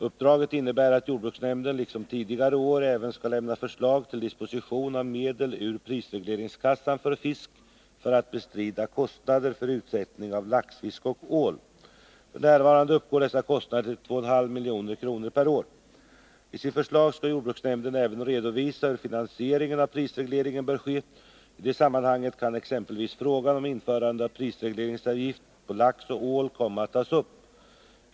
Uppdraget innebär att jordbruksnämnden liksom tidigare år även skall lämna förslag till disposition av medel ur prisregleringskassan för fisk för att bestrida kostnader för utsättning av laxfisk och ål. F. n. uppgår dessa kostnader till 2,5 milj.kr. per år. I sitt förslag skall jordbruksnämnden även redovisa hur finansieringen av prisregleringen bör ske. I det sammanhanget kan exempelvis frågan om införande av prisregleringsavgift på lax och ål komma att tas upp.